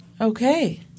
Okay